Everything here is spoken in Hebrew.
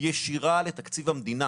ישירה לתקציב המדינה,